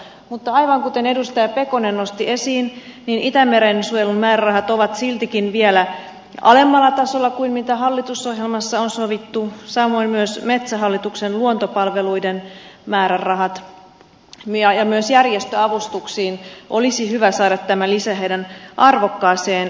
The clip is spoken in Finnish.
mutta aivan kuten edustaja pekonen nosti esiin niin itämeren suojelun määrärahat ovat siltikin vielä alemmalla tasolla kuin hallitusohjelmassa on sovittu samoin myös metsähallituksen luontopalveluiden määrärahat ja myös järjestöavustuksiin olisi hyvä saada tämä lisä heidän arvokkaaseen työhönsä